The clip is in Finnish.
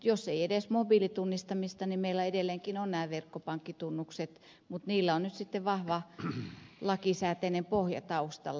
jos ei edes mobiilitunnistamista niin meillä edelleenkin on nämä verkkopankkitunnukset mutta niillä on nyt sitten vahva lakisääteinen pohja taustalla